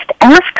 ask